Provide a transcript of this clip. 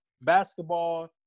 basketball